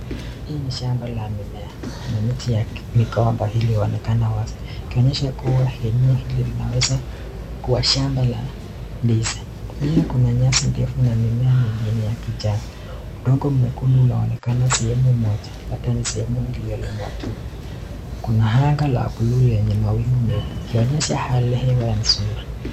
Hii ni shamba la mimea, Kuna miti migomba iliyoonekana wazi, hii inaonyesha kuwa sehemu hii ni shamba la ndizi, pia Kuna nyasi ndefu na mimea mwingine wa kijani, udongo mwingine unaonekana sehemu Moja labda ni sehemu iliyo limwa tu Kuna hanga ya bluu, ikionyesha namna hii Huwa hali nzuri .